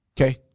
Okay